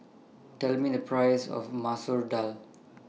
Tell Me The priceS of Masoor Dal